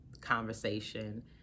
conversation